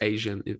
Asian